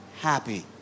happy